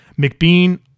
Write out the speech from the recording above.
McBean